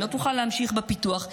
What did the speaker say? היא לא תוכל להמשיך בפיתוח.